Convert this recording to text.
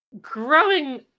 growing